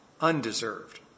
undeserved